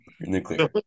nuclear